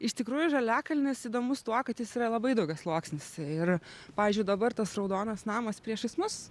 iš tikrųjų žaliakalnis įdomus tuo kad jis yra labai daugiasluoksnis ir pavyzdžiui dabar tas raudonas namas priešais mus